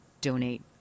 donate